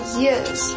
years